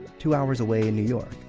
two hours away in new york.